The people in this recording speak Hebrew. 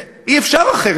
אי-אפשר אחרת.